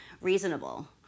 reasonable